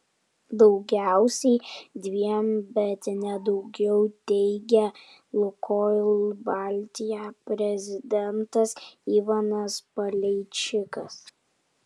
daugiausiai dviem bet ne daugiau teigė lukoil baltija prezidentas ivanas paleičikas